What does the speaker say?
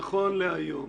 נכון להיום